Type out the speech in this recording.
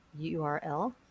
URL